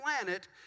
planet